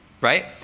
right